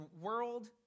world